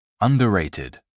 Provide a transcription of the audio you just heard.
Underrated